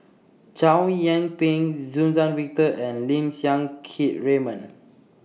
Chow Yian Ping Suzann Victor and Lim Siang Keat Raymond